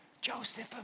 Joseph